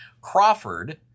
Crawford